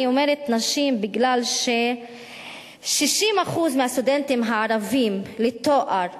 אני אומרת נשים מפני ש-60% מהסטודנטים הערבים לתואר ראשון,